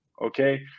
Okay